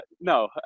no